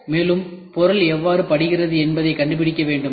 மேலும் பொருள் எவ்வாறு படிகிறது என்பதை கண்டுபிடிக்க வேண்டும்